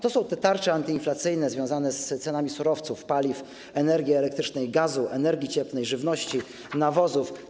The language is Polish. To są tarcze antyinflacyjne związane z cenami surowców, paliw, energii elektrycznej, gazu, energii cieplnej, żywności, nawozów.